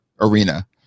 arena